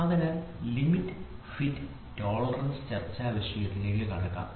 അതിനാൽ limit fit and tolerance Limits Fits and Tolerances ചർച്ചാ വിഷയത്തിലേക്ക് കടക്കാം